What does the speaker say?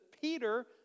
Peter